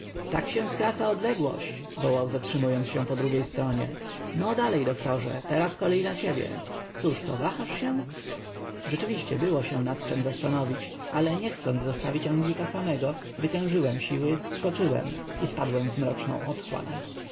tak się skraca odległości wołał zatrzymując się po drugiej stronie no dalej doktorze teraz kolej na ciebie cóż to wahasz się rzeczywiście było się nad czem zastanowić ale niechcąc zostawić anglika samego wytężyłem siły skoczyłem i spadłem w mroczną otchłań